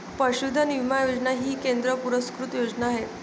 पशुधन विमा योजना ही केंद्र पुरस्कृत योजना आहे